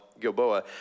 Gilboa